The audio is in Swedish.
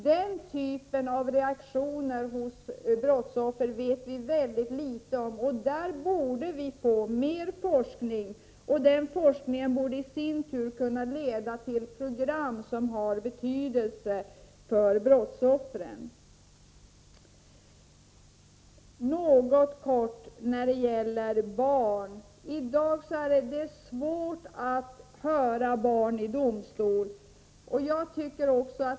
Den typen av reaktioner hos brottsoffer vet vi väldigt litet om. På detta område borde vi ha mer forskning, och den borde i sin tur kunna leda till program som kan få betydelse för brottsoffren. Så vill jag säga några ord om brott där barn är offer. Det är svårt att höra barn i domstol.